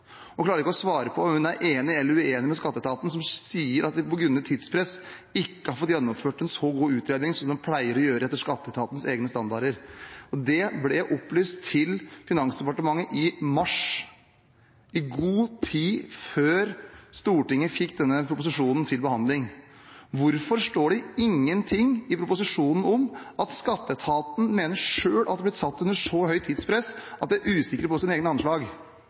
hun klarer ikke å svare på om hun er enig eller uenig med skatteetaten, som sier at de grunnet tidspress ikke har fått gjennomført en så god utredning som de pleier å gjøre etter skatteetatens egne standarder. Det ble opplyst til Finansdepartementet i mars, i god tid før Stortinget fikk denne proposisjonen til behandling. Hvorfor står det ingenting i proposisjonen om at skatteetaten selv mener de har blitt satt under så sterkt tidspress at de er usikre på sine egne anslag?